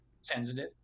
sensitive